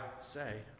say